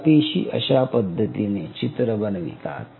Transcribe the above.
या पेशी अशा पद्धतीने चित्र बनवितात